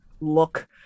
look